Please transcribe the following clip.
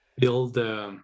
build